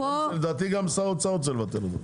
לדעתי גם שר האוצר רוצה לבטל אותו.